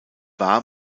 war